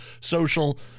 social